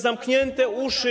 zamknięte uszy.